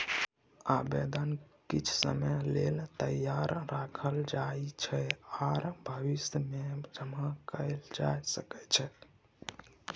आबेदन किछ समय लेल तैयार राखल जाइ छै आर भविष्यमे जमा कएल जा सकै छै